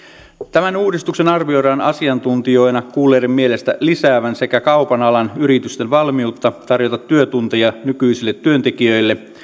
tämän uudistuksen arvioidaan asiantuntijoina kuulleiden mielestä lisäävän sekä kaupan alan yritysten valmiutta tarjota työtunteja nykyisille työntekijöille